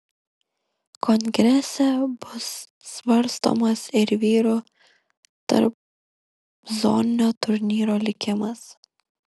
kongrese bus svarstomas ir vyrų tarpzoninio turnyro likimas